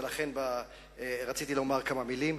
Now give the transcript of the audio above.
ולכן רציתי לומר כמה מלים.